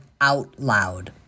OUTLOUD